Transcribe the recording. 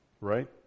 right